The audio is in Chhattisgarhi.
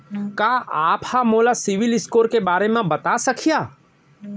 का आप हा मोला सिविल स्कोर के बारे मा बता सकिहा?